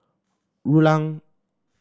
Rulang